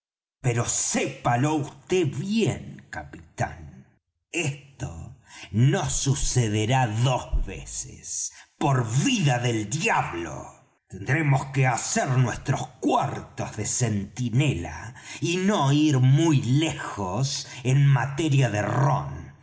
pero sépalo vd bien capitán esto no sucederá dos veces por vida del diablo tendremos que hacer nuestros cuartos de centinela y no ir muy lejos en materia de rom